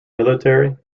military